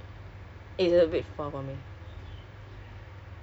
tanjong pagar still not bad I feel like around cause my